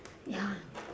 ya